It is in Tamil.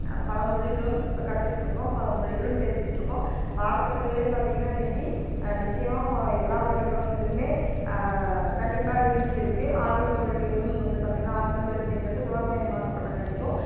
பல மொழிகளும் இப்போ கற்றுக்கிட்ருக்கோம் பல மொழிகளும் பேசிக்கிட்டுருக்கோம் பாடத்திட்டங்களையே பார்த்திங்கன்னா இன்னைக்கு நிச்சயம் எல்லா பள்ளிக்கூடங்களிலும் கண்டிப்பாக ஹிந்தி இருக்கும் ஆங்கில மொழிகளும் வந்து பார்த்திங்கன்னா ஆங்கில மொழி அப்டிங்கிறது உலகமயமாக்கப்பட்டதுங்காட்டிக்கும்